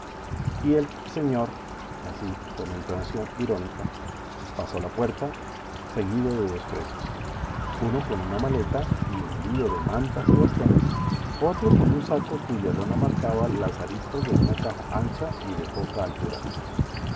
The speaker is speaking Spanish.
y el señor así con entonación irónica pasó la puerta seguido de dos presos uno con una maleta y un lío de mantas y bastones otro con un saco cuya lona marcaba las aristas de una caja ancha y de poca altura